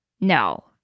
no